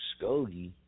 Muskogee